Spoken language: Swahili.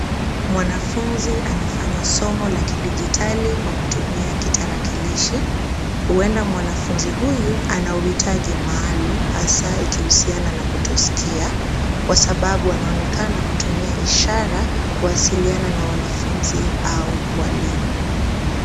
Mwanafunzi anafanya somo la kijiditali kwa kutumia kitarakilishi. Huenda mwanafunzi huyu anauhitaji maalum hasa ikihusiana na kutosikia kwa sababu anaonekana kutumia ishara kuasiliana na wanafunzi au walimu.